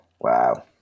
wow